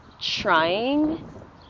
trying